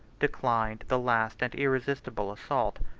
declined the last and irresistible assault,